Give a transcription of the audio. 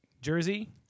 jersey